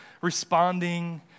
responding